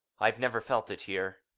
i have never felt it here.